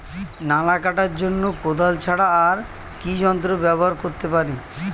নালা কাটার জন্য কোদাল ছাড়া আর কি যন্ত্র ব্যবহার করতে পারি?